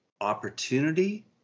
opportunity